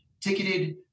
ticketed